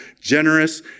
generous